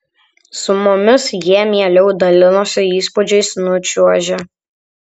su mumis jie mieliau dalinosi įspūdžiais nučiuožę